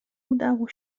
udało